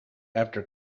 after